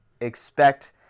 expect